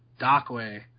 Dockway